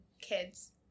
kids